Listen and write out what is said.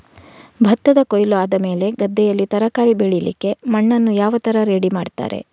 ಭತ್ತದ ಕೊಯ್ಲು ಆದಮೇಲೆ ಗದ್ದೆಯಲ್ಲಿ ತರಕಾರಿ ಬೆಳಿಲಿಕ್ಕೆ ಮಣ್ಣನ್ನು ಯಾವ ತರ ರೆಡಿ ಮಾಡ್ತಾರೆ?